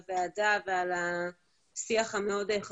למי יש סמכות ולא צריך עכשיו תיקון